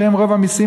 שהם רוב המסים,